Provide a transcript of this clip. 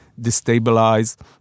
destabilize